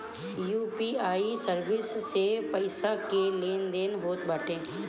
UPI service से पईसा के लेन देन होत बाटे